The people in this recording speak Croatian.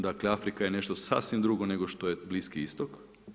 Dakle, Afrika je nešto sasvim drugo, nego što je Bliski Istok.